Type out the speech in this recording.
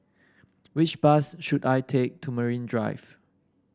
which bus should I take to Marine Drive